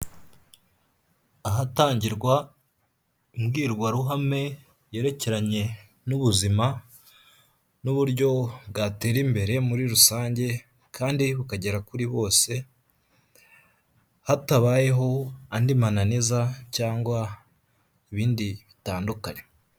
Ahatangirwa imbwirwaruhame yerekeranye n'ubuzima n'uburyo bwatera imbere muri rusange kandi bukagera kuri bose, hatabayeho andi mananiza cyangwa ibindi bitandukanye.